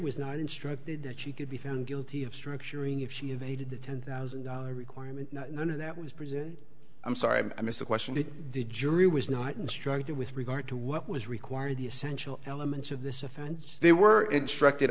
was not instructed that she could be found guilty of structuring if she evaded the ten thousand dollars requirement that was presented i'm sorry i missed the question that the jury was not instructed with regard to what was required the essential elements of this offense they were instructed